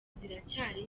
ziracyari